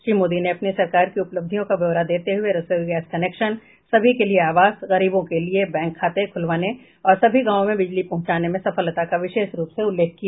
श्री मोदी ने अपनी सरकार की उपलब्धियों का ब्यौरा देते हुए रसोई गैस कनेक्शन सभी के लिए आवास गरीबों के लिए बैंक खाते खुलवाने और सभी गांवों में बिजली पहुंचाने में सफलता का विशेष रूप से उल्लेख किया